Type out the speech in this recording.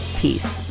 peace